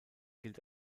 gilt